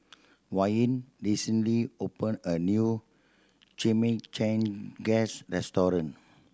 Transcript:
Wayne recently open a new Chimichangas restaurant